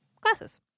GLASSES